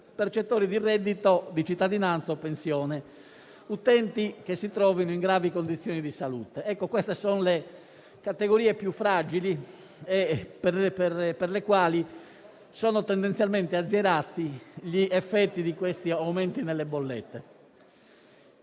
reddito o di pensione di cittadinanza e utenti che si trovano in gravi condizioni di salute. Queste sono le categorie più fragili per le quali sono tendenzialmente azzerati gli effetti degli aumenti delle bollette.